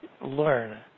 Learn